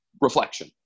reflection